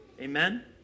Amen